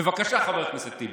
בבקשה, חבר הכנסת טיבי.